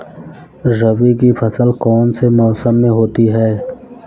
रबी की फसल कौन से मौसम में होती है?